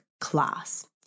class